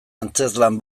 antzezlan